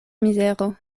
mizero